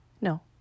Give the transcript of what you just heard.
No